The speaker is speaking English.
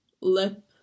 lip